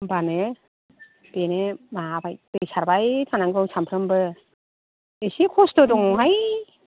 होमबानो बेनो माबाबाय दै सारबाय थानांगौ सानफ्रोमबो एसे खस्थ' दङहाय